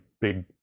big